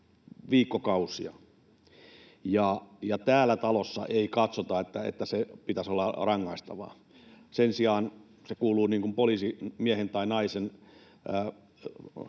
viikkokausia, ja täällä talossa ei katsota, että sen pitäisi olla rangaistavaa. Sen sijaan se kuuluu ikään kuin poliisimiehen tai ‑naisen